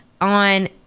on